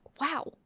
Wow